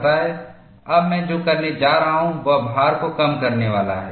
अब मैं जो करने जा रहा हूं वह भार को कम करने वाला है